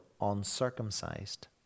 uncircumcised